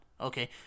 Okay